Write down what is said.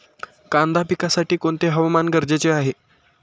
कांदा पिकासाठी कोणते हवामान गरजेचे आहे?